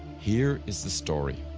here is the story